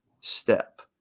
step